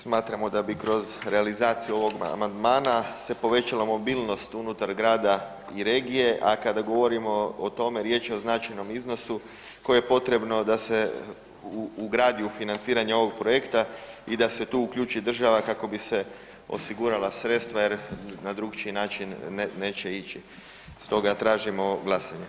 Smatramo da bi kroz realizaciju ovog amandmana se povećala mobilnost unutar grada i regije, a kada govorimo o tome riječ je o značajnom iznosu koje je potrebno da se ugradi u financiranje ovog projekta i da se tu uključi država kako bi se osigurala sredstva jer na drukčiji način neće ići, stoga tražimo glasanje.